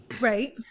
Right